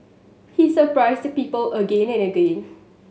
he surprised people again and again